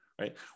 right